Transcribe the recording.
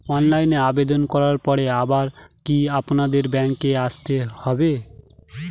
অনলাইনে আবেদন করার পরে আবার কি আপনাদের ব্যাঙ্কে আসতে হবে?